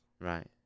Right